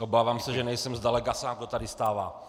Obávám se, že nejsem zdaleka sám, kdo tady stává...